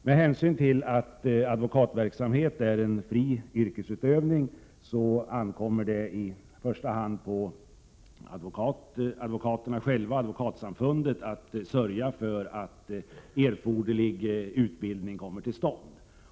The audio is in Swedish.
Med hänsyn till att advokatverksamheten är en fri yrkesutövning ankommer det i första hand på advokaterna själva, Advokatsamfundet, att sörja för att erforderlig utbildning kommer till stånd.